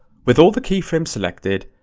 with all the keyframes selected,